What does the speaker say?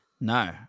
No